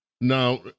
Now